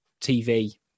TV